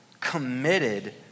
committed